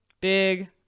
Big